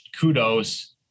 kudos